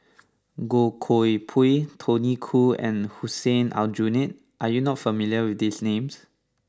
Goh Koh Pui Tony Khoo and Hussein Aljunied are you not familiar with these names